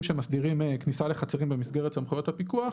שמסדירים כניסה לחצרות במסגרת סמכויות הפיקוח,